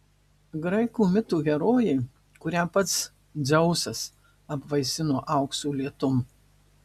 graikų mito herojė kurią pats dzeusas apvaisino aukso lietum